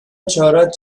چارت